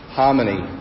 harmony